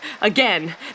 again